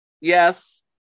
Yes